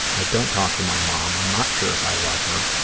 and i don't talk to my mom. i'm not sure if i love her,